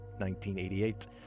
1988